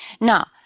Now